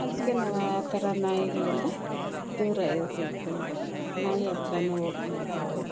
ಅದಕ್ಕೆ ನಾವು ಆ ಥರ ನಾಯಿಗಳಿಂದ ದೂರ ಇರಬೇಕು ನಾಯಿ ಹತ್ತಿರನೇ ಹೋಗಬಾರ್ದು ನಾವು